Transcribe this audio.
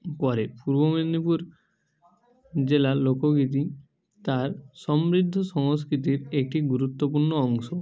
করে পূর্ব মেদনীপুর জেলার লোকগীতি তার সমৃদ্ধ সংস্কৃতির একটি গুরুত্বপূর্ণ অংশ